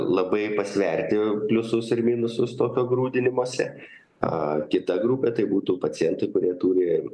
labai pasverti pliusus ir minusus tokio grūdinimosi a kita grupė tai būtų pacientų kurie turi